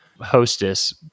hostess